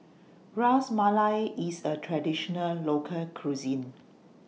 Ras Malai IS A Traditional Local Cuisine